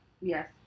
Yes